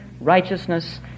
righteousness